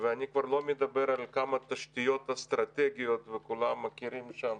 ואני כבר לא מדבר על כמה התשתיות האסטרטגיות וכולם מכירים שם,